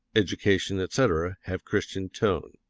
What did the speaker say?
education, etc, have christian tone.